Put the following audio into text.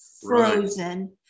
frozen